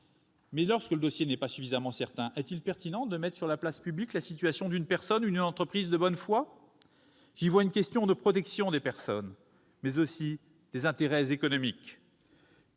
d'un dossier ne sont pas suffisamment certaines, est-il pertinent de mettre sur la place publique la situation d'une personne ou d'une entreprise de bonne foi ? Je vois là une question de protection des personnes, mais aussi des intérêts économiques.